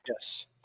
Yes